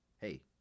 Hey